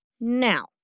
Now